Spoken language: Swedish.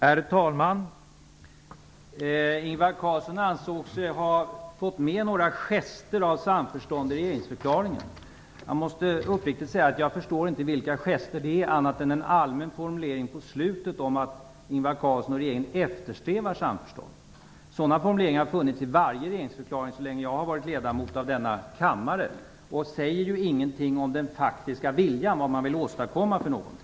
Herr talman! Ingvar Carlsson ansåg sig ha fått med några gester av samförstånd i regeringsförklaringen. Jag måste uppriktigt säga att jag inte förstår vilka gester det är. Det enda jag kan hitta är en allmän formulering på slutet om att Ingvar Carlsson och regeringen eftersträvar samförstånd. Sådana formuleringar har funnits i varje regeringsförklaring så länge jag har varit ledamot i denna kammare och säger ju ingenting om vad man vill åstadkomma eller om den faktiska viljan.